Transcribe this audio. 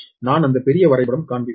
நான் அந்த பெரிய வரைபடம் காண்பிப்பேன்